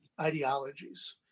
ideologies